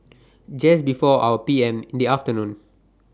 Just before four P M in The afternoon